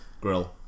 grill